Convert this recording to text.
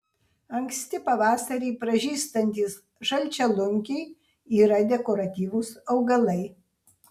anksti pavasarį pražystantys žalčialunkiai yra dekoratyvūs augalai